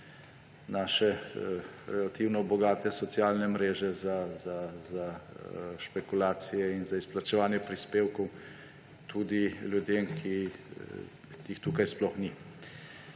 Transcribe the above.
naše relativno bogate socialne mreže za špekulacije in za izplačevanje prispevkov tudi ljudem, ki jih tukaj sploh ni.